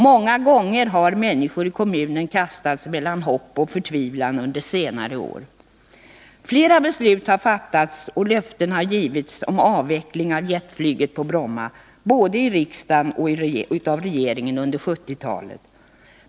Många gånger har människor i kommunen kastats mellan hopp och förtvivlan under senare år. Flera beslut har fattats och flera löften givits om avveckling av jetflyget på Bromma, både av riksdag och av regering under 1970-talet.